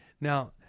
Now